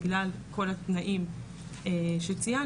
בגלל כל התנאים שציינו,